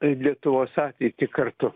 lietuvos ateitį kartu